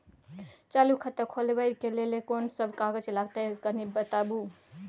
चालू खाता खोलवैबे के लेल केना सब कागज लगतै किन्ने सेहो बताऊ?